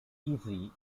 easy